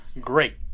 Great